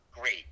great